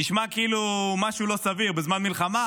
נשמע כאילו משהו לא סביר: בזמן מלחמה,